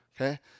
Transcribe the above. Okay